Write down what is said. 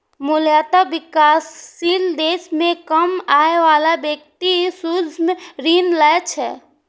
मूलतः विकासशील देश मे कम आय बला व्यक्ति सूक्ष्म ऋण लै छै